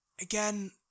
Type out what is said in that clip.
Again